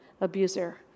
abuser